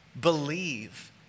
believe